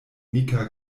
mika